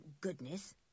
goodness